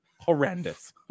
horrendous